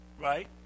Right